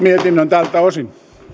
mietinnön tältä osin